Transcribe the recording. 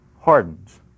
hardens